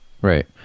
right